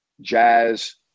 Jazz